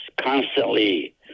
constantly